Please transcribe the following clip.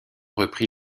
repris